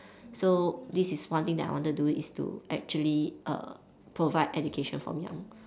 so this is one thing that I want to do is to actually err provide education from young